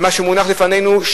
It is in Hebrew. שמונח לפנינו,